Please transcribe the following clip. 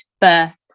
birth